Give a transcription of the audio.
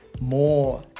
more